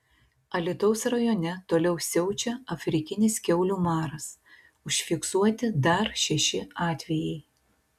alytaus rajone toliau siaučia afrikinis kiaulių maras užfiksuoti dar šeši atvejai